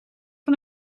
van